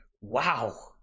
Wow